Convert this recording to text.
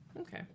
Okay